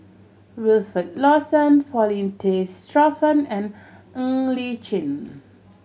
Wilfed Lawson Paulin Tay Straughan and Ng Li Chin